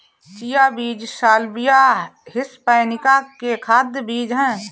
chia बीज salvia hispanica के खाद्य बीज हैं